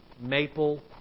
maple